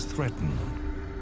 threatened